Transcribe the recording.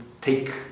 take